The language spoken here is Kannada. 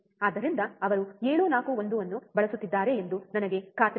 ಆದ್ದರಿಂದ ಅವರು 741 ಅನ್ನು ಬಳಸುತ್ತಿದ್ದಾರೆ ಎಂದು ನನಗೆ ಖಾತ್ರಿಯಿದೆ